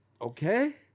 okay